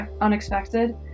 unexpected